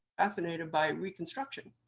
fascinated by reconstruction.